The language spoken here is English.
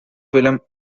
filmed